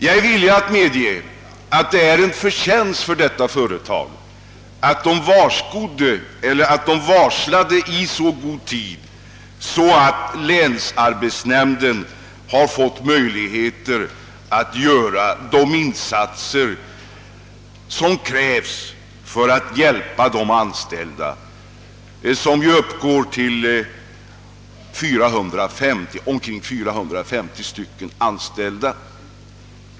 Jag är villig att medge att det var förtjänstfullt av företaget att varsla i så god tid, att länsarbetsnämnden fick möjlighet att göra de insatser som krävdes för att hjälpa de anställda, vilka uppgår till cirka 450 personer.